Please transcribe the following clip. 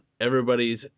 everybody's